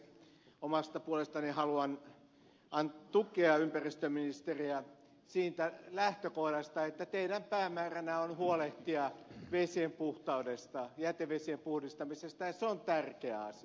omasta puolestani haluan tukea ympäristöministeriä siitä lähtökohdasta että teidän päämääränänne on huolehtia vesien puhtaudesta jätevesien puhdistamisesta ja se on tärkeä asia